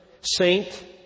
saint